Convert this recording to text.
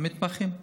המתמחים עצמם.